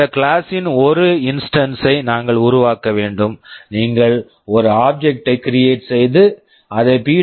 இந்த class class ன் ஒரு இன்ஸ்டன்ஸ் instance ஐ நாங்கள் உருவாக்க வேண்டும் நீங்கள் ஒரு ஆப்ஜெக்ட்object ஐ கிரியேட்create செய்து அதை பி